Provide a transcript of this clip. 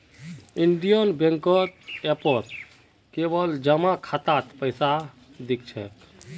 Indian बैंकेर ऐपत केवल जमा खातात पैसा दि ख छेक